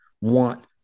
want